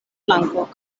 flanko